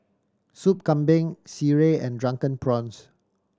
Soup Kambing sireh and Drunken Prawns